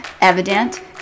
evident